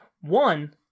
One